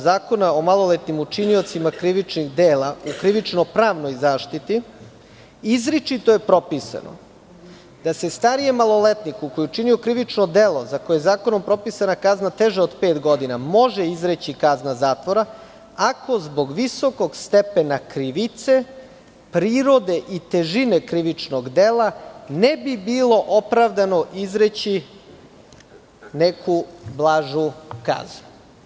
Zakona o maloletnim učiniocima krivičnih dela u krivično-pravnoj zaštiti izričito je propisano da se starijem maloletniku koji je učinio krivično delo za koje je zakonom propisana kazna teža od pet godina može izreći kazna zatvora ako zbog visokog stepena krivice, prirode i težine krivičnog dela ne bi bilo opravdano izreći neku blažu kaznu.